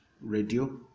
radio